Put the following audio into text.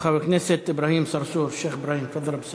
חבר הכנסת אברהים צרצור, שיח' אברהים תפאדל, אבו